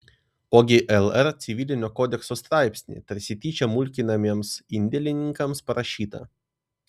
ogi lr civilinio kodekso straipsnį tarsi tyčia mulkinamiems indėlininkams parašytą